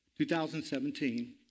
2017